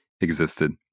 existed